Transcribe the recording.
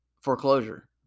foreclosure